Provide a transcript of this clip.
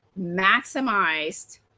maximized